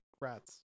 rats